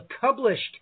published